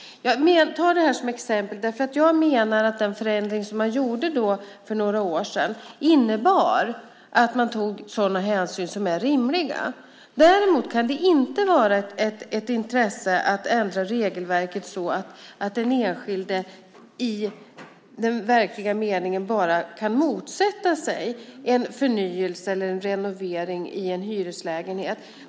Jag tar med det här som exempel därför att jag menar att den förändring som gjordes för några år sedan innebar att man tog sådana hänsyn som är rimliga. Däremot kan det inte vara ett intresse att ändra regelverket så att den enskilde i den verkliga meningen kan motsätta sig en förnyelse eller en renovering i en hyreslägenhet.